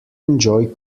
enjoy